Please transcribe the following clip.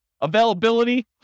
Availability